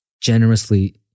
generously